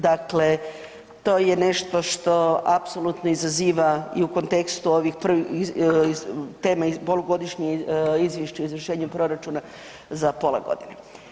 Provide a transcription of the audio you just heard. Dakle, to je nešto što apsolutno izaziva i u kontekstu ovih prvih teme polugodišnji izvješće o izvršenju proračuna za pola godine.